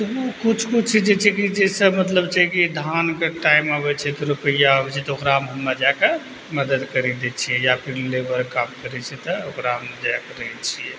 तऽ किछु किछु जे छै कि जइ से मतलब छै कि धानके टाइम अबै छै तऽ लोकके होइ छै तऽ ओकरामे हमे जाके मदद करि दै छियै या फिर लेबर काम करै छै तऽ ओकरा हम देखरेख करै छियै